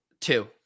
two